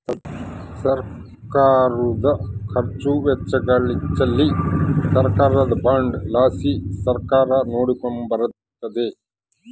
ಸರ್ಕಾರುದ ಖರ್ಚು ವೆಚ್ಚಗಳಿಚ್ಚೆಲಿ ಸರ್ಕಾರದ ಬಾಂಡ್ ಲಾಸಿ ಸರ್ಕಾರ ನೋಡಿಕೆಂಬಕತ್ತತೆ